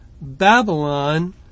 Babylon